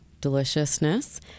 deliciousness